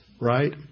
right